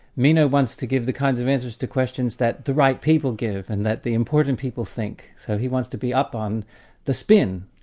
meno wants to give the kinds of answers to questions that the right people give, and that the important people think. so he wants to be up on the spin,